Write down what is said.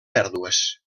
pèrdues